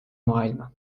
maailma